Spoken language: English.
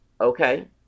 Okay